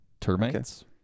Termites